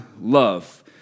love